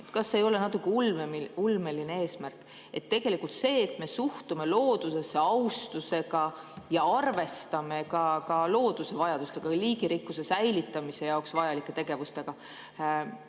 Kas see ei ole natuke ulmeline eesmärk? Tegelikult see, et me suhtume loodusesse austusega ja arvestame ka looduse vajadustega või liigirikkuse säilitamise jaoks vajalike tegevustega,